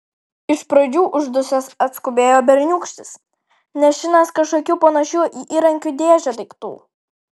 iš pradžių uždusęs atskubėjo berniūkštis nešinas kažkokiu panašiu į įrankių dėžę daiktu